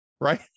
right